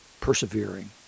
persevering